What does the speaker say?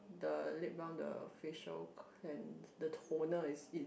the lip balm the facial cleanse and the toner is in